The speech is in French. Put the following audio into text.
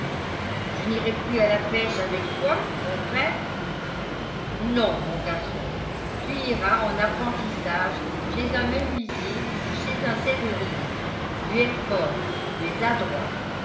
je n'irai plus à la pêche avec toi mon frère non mon garçon tu iras en apprentissage chez un menuisier ou chez un serrurier tu es fort tu es adroit